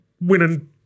winning